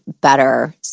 better